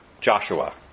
Joshua